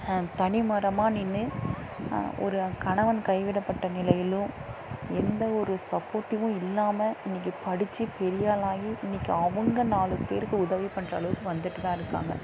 தனி மரமாக நின்று ஒரு கணவன் கைவிடப்பட்ட நிலையிலும் எந்த ஒரு சப்போட்டிவும் இல்லாமல் இன்றைக்கு படித்து பெரியாளாகி இன்றைக்கி அவங்க நாலு பேருக்கு உதவி பண்ணுற அளவுக்கு வந்துட்டு தான் இருக்காங்க